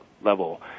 level